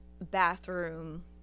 bathroom